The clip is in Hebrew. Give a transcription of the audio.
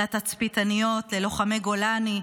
לתצפיתניות, ללוחמי גולני,